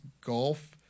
golf